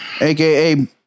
Aka